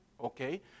Okay